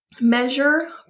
measure